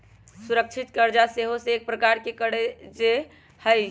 सुरक्षित करजा सेहो एक प्रकार के करजे हइ